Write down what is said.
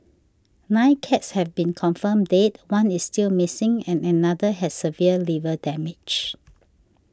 nine cats have been confirmed dead one is still missing and another has severe liver damage